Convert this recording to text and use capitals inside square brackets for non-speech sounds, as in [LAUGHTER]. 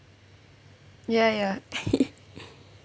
ya ya [LAUGHS]